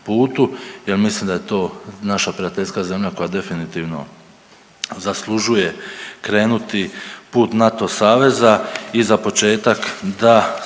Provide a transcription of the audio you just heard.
putu jer mislim da je to naša prijateljska zemlja koja definitivno zaslužuje krenuti put NATO saveza i za početak da